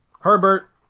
Herbert